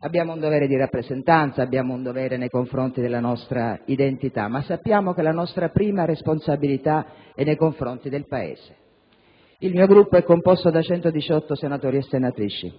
Abbiamo un dovere di rappresentanza, abbiamo un dovere nei confronti della nostra identità, ma sappiamo che la nostra prima responsabilità è nei confronti del Paese. Il mio Gruppo è composto da 118 senatori e senatrici,